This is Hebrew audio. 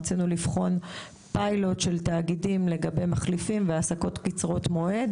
רצינו לבחון פיילוט של תאגידים לגבי מחליפים והפסקות קצרות מועד.